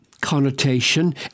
connotation